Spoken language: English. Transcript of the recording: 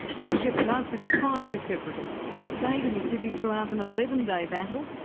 mr shevardnadze defied the separatists and stayed in the city throughout an eleven day battle,